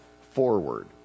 forward